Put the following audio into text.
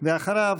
ואחריו,